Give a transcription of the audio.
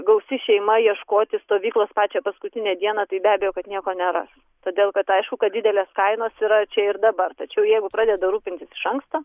gausi šeima ieškoti stovyklos pačią paskutinę dieną tai be abejo kad nieko neras todėl kad aišku kad didelės kainos yra čia ir dabar tačiau jeigu pradeda rūpintis iš anksto